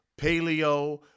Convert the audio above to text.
paleo